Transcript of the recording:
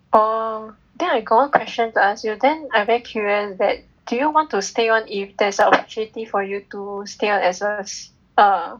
oh then I got one question to ask you then I very curious that do you want to stay on if there's an opportunity for to to stay on as err